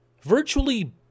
virtually